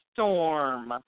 Storm